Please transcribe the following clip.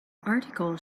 article